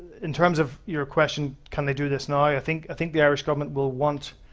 in terms of your question, can they do this now? i think i think the irish government will want,